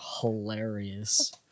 hilarious